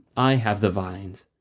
i have the vines.